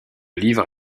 livre